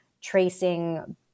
tracing